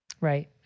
Right